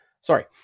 sorry